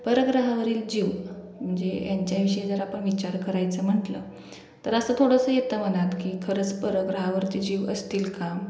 परग्रहावरील जीव म्हणजे यांच्याविषयी जर आपण विचार करायचं म्हटलं तर असं थोडंसं येतं मनात की खरंच परग्रहावरती जीव असतील का